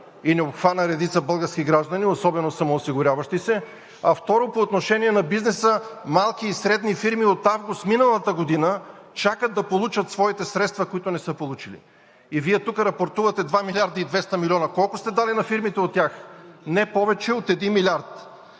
и не обхвана редица български граждани, особено самоосигуряващи се, и, второ, по отношение на бизнеса, малки и средни фирми от август миналата година чакат да получат своите средства, които не са получили. И Вие тук рапортувате 2 милиарда и 200 милиона! Колко сте дали на фирмите от тях? (Реплики от министър